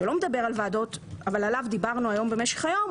שלא מדבר על ועדות אבל עליו דיברנו היום במשך היום,